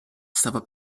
stava